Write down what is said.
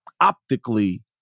optically